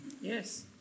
Yes